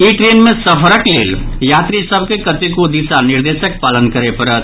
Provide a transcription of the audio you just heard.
ई train मे सफरक लेल यात्रीसभ के कतेको दिशा निर्देशक पालन करय पड़त